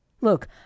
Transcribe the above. Look